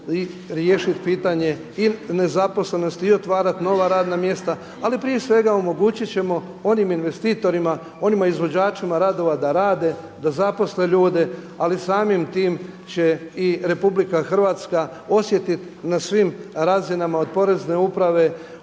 riješiti pitanje i nezaposlenosti i otvarati nova radna mjesta. Ali prije svega omogućiti ćemo onim investitorima, onim izvođačima radova da rade, da zaposle ljude. Ali samim time će i RH osjetiti na svim razinama od porezne uprave,